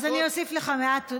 אז אני אוסיף לך מעט.